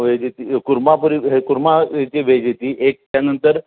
veg येते कोरमा पुरी हे कोरमाची वेज येते एक त्यानंतर